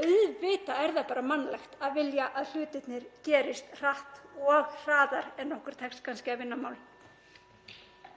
Auðvitað er það bara mannlegt að vilja að hlutirnir gerist hratt og hraðar en okkur tekst kannski að vinna mál.